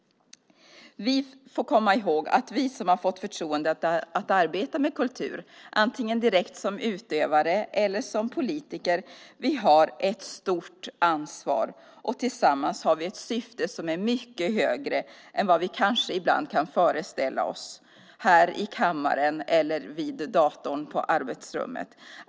Vi får komma ihåg att vi som har fått förtroendet att arbeta med kultur, antingen direkt som utövare eller som politiker, har ett stort ansvar. Tillsammans har vi ett syfte som är mycket större än vad vi kanske ibland kan föreställa oss här i kammaren eller vid datorn på arbetsrummet.